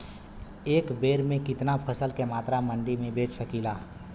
एक बेर में कितना फसल के मात्रा मंडी में बेच सकीला?